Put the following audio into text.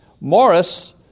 Morris